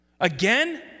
Again